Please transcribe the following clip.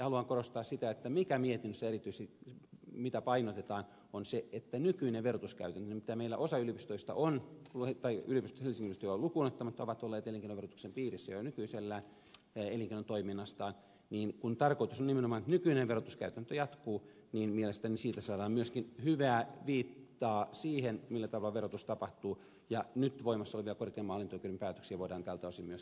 haluan korostaa sitä että se mitä mietinnössä erityisesti painotetaan on se että kun nykyisen verotuskäytännön mukaan meillä yliopistot helsingin yliopistoa lukuun ottamatta ovat jo olleet elinkeinoverotuksen piirissä elinkeinotoiminnastaan ja kun tarkoitus on nimenomaan että nykyinen verotuskäytäntö jatkuu niin mielestäni siitä saadaan myöskin hyvää viittaa siihen millä tavalla verotus tapahtuu ja nyt voimassa olevia korkeimman hallinto oikeuden päätöksiä voidaan tältä osin myöskin jatkossa hyödyntää